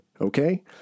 Okay